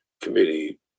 committee